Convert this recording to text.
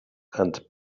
and